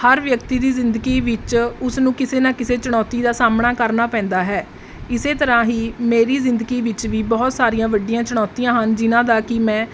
ਹਰ ਵਿਅਕਤੀ ਦੀ ਜ਼ਿੰਦਗੀ ਵਿੱਚ ਉਸਨੂੰ ਕਿਸੇ ਨਾ ਕਿਸੇ ਚੁਣੌਤੀ ਦਾ ਸਾਹਮਣਾ ਕਰਨਾ ਪੈਂਦਾ ਹੈ ਇਸੇ ਤਰ੍ਹਾਂ ਹੀ ਮੇਰੀ ਜ਼ਿੰਦਗੀ ਵਿੱਚ ਵੀ ਬਹੁਤ ਸਾਰੀਆਂ ਵੱਡੀਆਂ ਚੁਣੌਤੀਆਂ ਹਨ ਜਿਨ੍ਹਾਂ ਦਾ ਕਿ ਮੈਂ